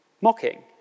Mocking